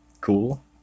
cool